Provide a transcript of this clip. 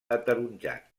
ataronjat